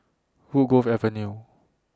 Woodgrove Avenue